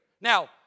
Now